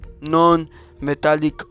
non-metallic